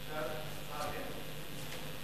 אפשר הצעה אחרת?